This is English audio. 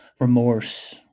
remorse